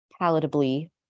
palatably